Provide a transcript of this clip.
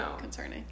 concerning